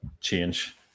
change